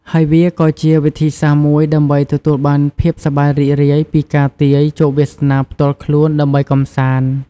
ហើយវាក៏ជាវិធីសាស្ត្រមួយដើម្បីទទួលបានភាពសប្បាយរីករាយពីការទាយជោគវាសនាផ្ទាល់ខ្លួនដើម្បីកំសាន្ត។